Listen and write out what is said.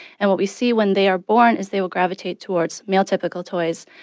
and what we see when they are born is, they will gravitate towards male-typical toys,